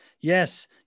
Yes